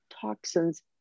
toxins